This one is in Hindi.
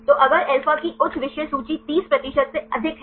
तो अगर अल्फा की उच्च विषय सूचि 30 प्रतिशत से अधिक है